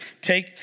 Take